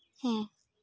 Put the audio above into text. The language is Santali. ᱦᱮᱸ